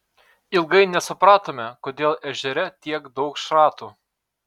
ilgai nesupratome kodėl ežere tiek daug šratų